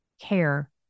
care